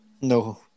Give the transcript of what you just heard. No